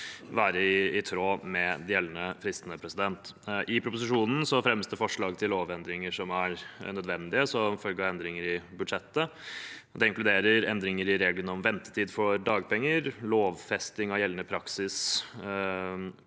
være i tråd med de gjeldende fristene. I proposisjonen fremmes det forslag til lovendringer som er nødvendige som følge av endringer i budsjettet. Det inkluderer endringer i reglene om ventetid for dagpenger, lovfesting av gjeldende praksis